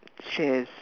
shares